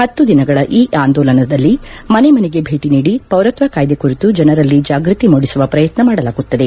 ಹತ್ತು ದಿನಗಳ ಈ ಆಂದೋಲನದಲ್ಲಿ ಮನೆಮನೆಗೆ ಭೇಟಿ ನೀಡಿ ಪೌರತ್ವ ಕಾಯ್ದೆ ಕುರಿತು ಜನರಲ್ಲಿ ಜಾಗೃತಿ ಮೂದಿಸುವ ಪ್ರಯತ್ನ ಮಾಡಲಾಗುತ್ತದೆ